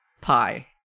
Pie